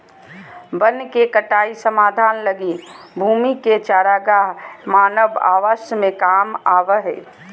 वन के कटाई समाधान लगी भूमि के चरागाह मानव आवास में काम आबो हइ